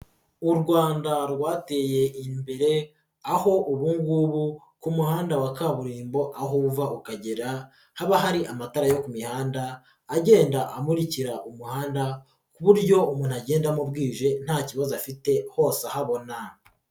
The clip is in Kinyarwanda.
U Rwanda rwateye imbere, aho ubu ngubu ku muhanda wa kaburimbo aho uva ukagera, haba hari amatara yo ku mihanda, agenda amurikira umuhanda, ku buryo umuntu agendamo bwije nta kibazo afite, hose ahabona.